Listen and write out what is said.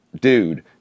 dude